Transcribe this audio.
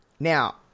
Now